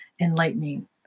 enlightening